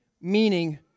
meaning